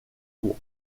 pour